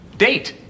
Date